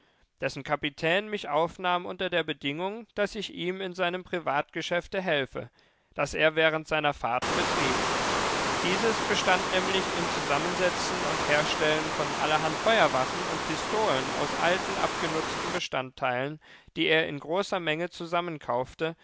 dessen kapitän mich aufnahm unter der bedingung daß ich ihm in seinem privatgeschäfte helfe das er während seiner fahrten betrieb dieses bestand nämlich im zusammensetzen und herstellen von allerhand feuerwaffen und pistolen aus alten abgenutzten bestandteilen die er in großer menge zusammenkaufte